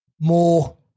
more